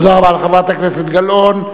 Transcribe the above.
תודה רבה לחברת הכנסת גלאון.